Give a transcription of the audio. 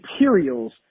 materials